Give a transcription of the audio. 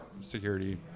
security